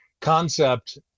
concept